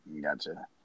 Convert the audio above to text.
Gotcha